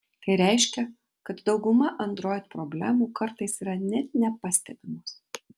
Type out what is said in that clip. tai reiškia kad dauguma android problemų kartais yra net nepastebimos